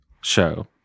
show